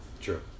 True